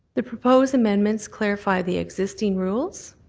the proposed amendments clarify the existing rules.